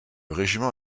régiment